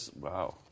Wow